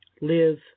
live